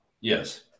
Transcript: Yes